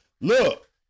Look